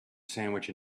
sandwich